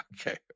Okay